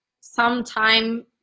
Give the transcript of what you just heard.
sometime